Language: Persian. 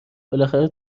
بالاخره